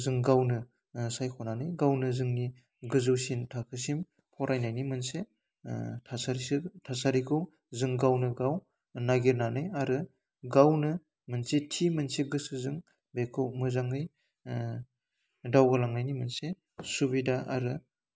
जों गावनो सायख'नानै गावनो जोंनि गोजौसिन थाखोसिम फरायनायनि मोनसे थासारिसो थासारिखौ जों गावनो गाव नागिरनानै आरो गावनो मोनसे थि मोनसे गोसोजों बेखौ मोजाङै दावगालांनायनि मोनसे सुबिदा आरो